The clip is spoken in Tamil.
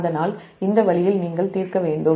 அதனால் இந்த வழியில் நீங்கள் தீர்க்க வேண்டும்